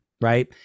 Right